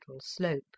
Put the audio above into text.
slope